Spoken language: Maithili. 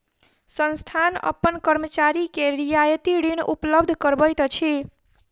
संस्थान अपन कर्मचारी के रियायती ऋण उपलब्ध करबैत अछि